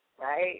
right